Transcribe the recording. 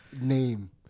name